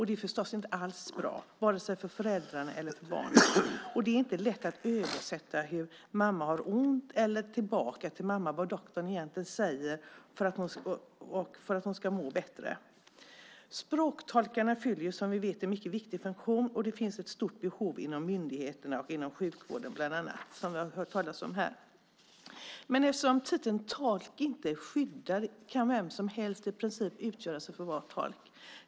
Det är naturligtvis inte alls bra för vare sig föräldrarna eller barnen, och det är inte lätt att översätta hur mamma har ont eller tillbaka till mamma vad doktorn egentligen säger för att hon ska må bättre. Språktolkarna fyller som vi vet en mycket viktig funktion, och det finns ett stort behov inom bland annat myndigheterna och sjukvården, som vi hört om här. Men eftersom titeln "tolk" inte är skyddad kan i princip vem som helst utge sig för att vara tolk.